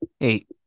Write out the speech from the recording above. Eight